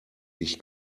ich